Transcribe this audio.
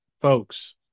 folks